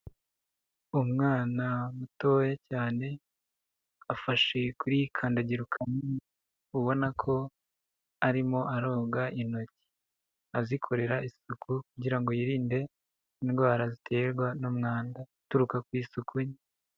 Umwana mutoya cyane, afashe kuri kandagira ukarabe ubona ko arimo aroga intoki, azikorera isuku kugira ngo yirinde indwara ziterwa n'umwanda uturuka ku isuku nke.